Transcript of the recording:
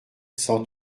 cent